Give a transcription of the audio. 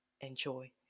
enjoy